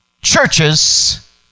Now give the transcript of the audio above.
churches